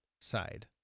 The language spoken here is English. side